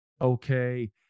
okay